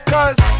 Cause